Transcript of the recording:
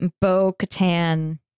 Bo-Katan